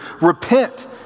Repent